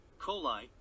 coli